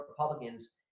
Republicans